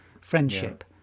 friendship